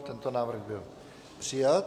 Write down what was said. Tento návrh byl přijat.